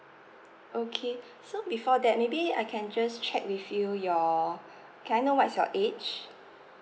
okay so before that maybe I can just check with you your can I know what's your age